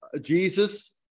Jesus